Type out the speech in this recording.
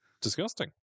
disgusting